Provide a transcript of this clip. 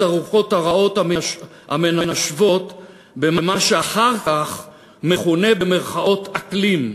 הרוחות הרעות המנשבות במה שאחר כך מכונה במירכאות: אקלים.